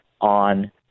on